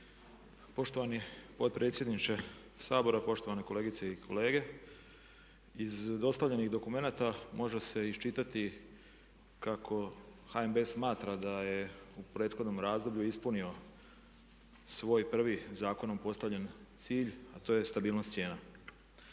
Poštovani potpredsjedniče Sabora, poštovane kolegice i kolege. Iz dostavljenih dokumenata može se iščitati kako HNB smatra da je u prethodnom razdoblju ispunio svoj prvi zakonom postavljen cilj a to je stabilnost cijena.